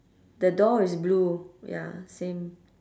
the door is blue ya same